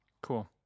Cool